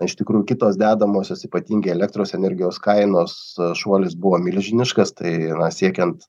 iš tikrųjų kitos dedamosios ypatingi elektros energijos kainos šuolis buvo milžiniškas tai na siekiant